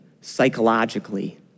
psychologically